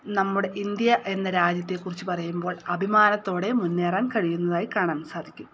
നമ്മുടെ ഇന്ത്യ എന്ന രാജ്യത്തെക്കുറിച്ച് പറയുമ്പോൾ അഭിമാനത്തോടെ മുന്നേറാൻ കഴിയുന്നതായി കാണാൻ സാധിക്കും